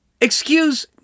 Excuse